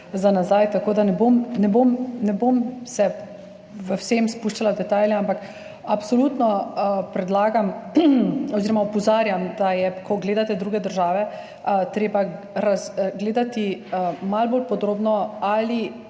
za nazaj. Tako da se ne bom v vsem spuščala v detajle, ampak absolutno predlagam oziroma opozarjam, da je, ko gledate druge države, treba gledati malo bolj podrobno, ali